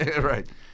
Right